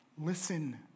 Listen